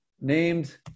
named